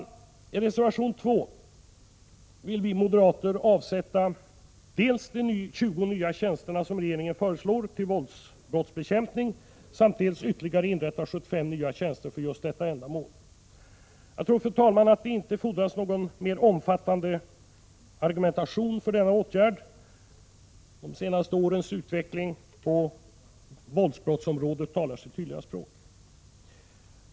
I reservation 2 föreslår vi moderater att man dels skall avsätta de 20 nya tjänster som regeringen föreslår till våldsbrottsbekämpning, dels inrätta ytterligare 75 tjänster för just detta ändamål. Det fordras inte någon mer omfattande argumentation för denna åtgärd — de senaste årens utveckling på våldsbrottsområdet talar sitt tydliga språk.